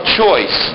choice